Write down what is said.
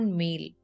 meal